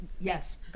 yes